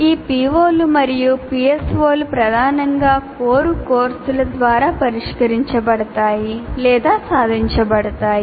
ఈ POలు మరియు PSOలు ప్రధానంగా కోర్ కోర్సుల ద్వారా పరిష్కరించబడతాయి లేదా సాధించబడతాయి